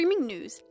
streamingnews